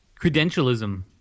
credentialism